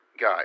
guy